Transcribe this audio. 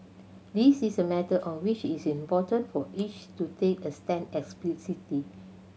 this is a matter on which it is important for each to take a stand explicitly